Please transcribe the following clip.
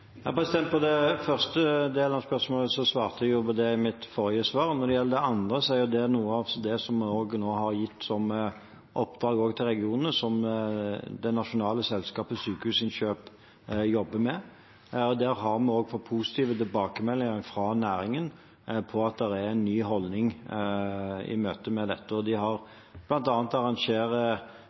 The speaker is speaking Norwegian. første delen av spørsmålet svarte jeg på i mitt forrige svar. Når det gjelder det andre spørsmålet, er jo det noe av det vi nå har gitt som oppdrag til regionene, som det nasjonale selskapet Sykehusinnkjøp jobber med. Der har vi også fått positive tilbakemeldinger fra næringen på at det er en ny holdning i møte med dette. De har bl.a. arrangert «speed dating»-møter med industrien, der industrien og de